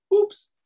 Oops